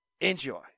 Enjoy